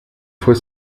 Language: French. fois